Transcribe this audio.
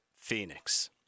Phoenix